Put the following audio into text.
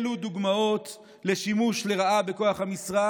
אלו דוגמות לשימוש לרעה בכוח המשרה,